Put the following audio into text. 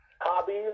hobbies